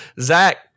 Zach